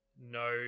no